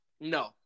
No